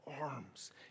arms